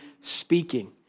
speaking